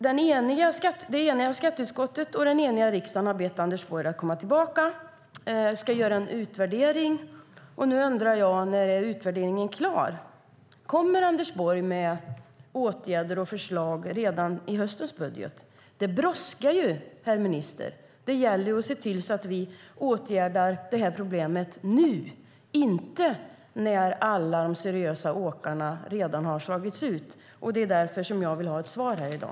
Det eniga skatteutskottet och den eniga riksdagen har bett Anders Borg att komma tillbaka med en utvärdering. Nu undrar jag när utvärderingen är klar. Kommer Anders Borg att lägga fram åtgärder och förslag redan i höstens budget? Det brådskar, herr minister. Det gäller att se till att vi åtgärdar problemet nu, inte när alla seriösa åkare har slagits ut. Det är därför jag vill ha ett svar i dag.